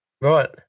Right